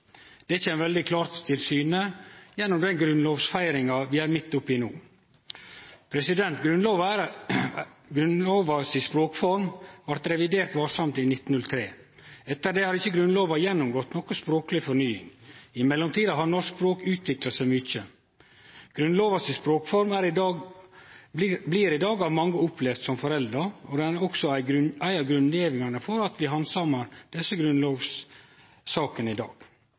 Det kjem veldig klart til syne gjennom den grunnlovsfeiringa vi er midt oppe i no. Grunnlova si språkform blei revidert varsamt i 1903. Etter det har ikkje Grunnlova gjennomgått noka språkleg fornying. I mellomtida har norsk språk utvikla seg mykje. Grunnlova si språkform blir i dag av mange opplevd som forelda, og det er også ei av grunngjevingane for at vi handsamar desse grunnlovssakene i dag.